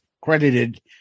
credited